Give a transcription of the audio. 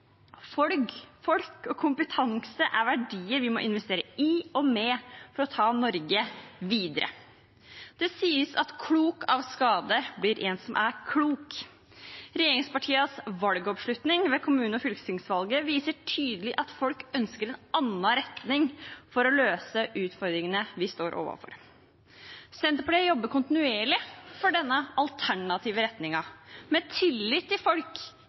Folk og kompetanse er verdier vi må investere i og med for å ta Norge videre. Det sies at klok av skade blir en som er klok. Regjeringspartienes valgoppslutning ved kommune- og fylkestingsvalget viser tydelig at folk ønsker en annen retning for å løse utfordringene vi står overfor. Senterpartiet jobber kontinuerlig for denne alternative retningen, med tillit til folk